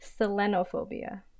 selenophobia